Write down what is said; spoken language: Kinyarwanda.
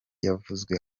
yavuzwe